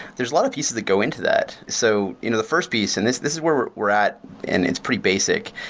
there's a lot of pieces that go into that so the first piece, and this this is where we're we're at and it's pretty basic,